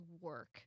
work